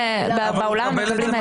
באולם מקבלים העתק.